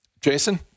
Jason